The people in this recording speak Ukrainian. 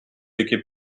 які